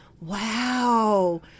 Wow